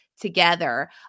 together